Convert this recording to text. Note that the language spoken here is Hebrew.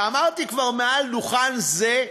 וכבר אמרתי מעל דוכן זה: